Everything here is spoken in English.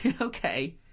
Okay